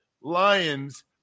Lions